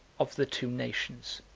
of the two nations.